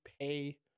pay